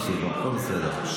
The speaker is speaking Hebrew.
הכול בסדר.